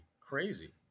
crazy